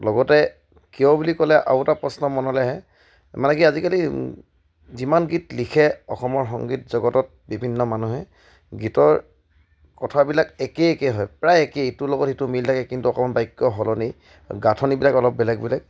লগতে কিয় বুলি ক'লে আৰু এটা প্ৰশ্ন মনলৈ আহে মানে কি আজিকালি যিমান গীত লিখে অসমৰ সংগীত জগতত বিভিন্ন মানুহে গীতৰ কথাবিলাক একেই একেই হয় প্ৰায় একেই ইটোৰ লগত সিটো মিল থাকে কিন্তু অকণ বাক্য সলনি গাঁথনিবিলাক অলপ বেলেগ বেলেগ